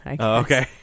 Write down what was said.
Okay